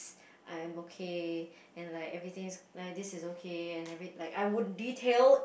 I am okay and like everything is like this is okay and everything~ like I would detail